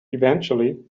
eventually